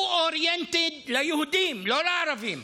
הוא oriented ליהודים, לא לערבים,